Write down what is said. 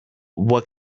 what